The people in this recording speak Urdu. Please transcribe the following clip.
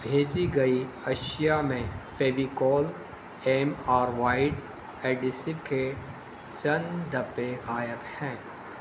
بھیجی گئی اشیاء میں Fevicol M R white adhesive کے چند ڈبے غائب ہیں